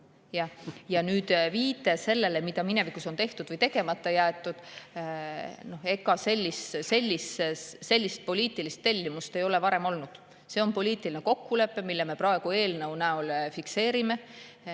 Ja nüüd viide sellele, mida minevikus on tehtud või tegemata jäetud. Ega sellist poliitilist tellimust ei ole varem olnud. See on poliitiline kokkulepe, mille me praegu eelnõu näol fikseerime.